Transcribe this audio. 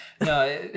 No